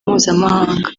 mpuzamahanga